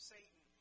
Satan